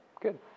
good